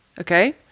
okay